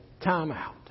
timeout